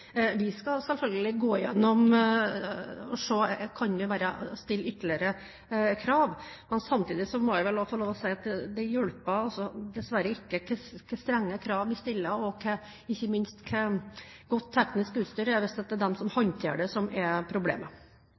Vi skal selvfølgelig gå gjennom dette og se på om vi kan stille ytterligere krav. Men samtidig må jeg få lov til å si at det hjelper dessverre ikke hvor strenge krav vi stiller, og ikke minst hvor godt teknisk utstyr man har, når det er de som håndterer det, som er problemet.